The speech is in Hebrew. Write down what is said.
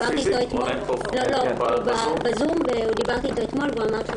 דיברתי איתו אתמול והוא אמר שהוא